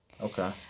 Okay